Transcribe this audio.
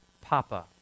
Papa